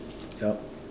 yup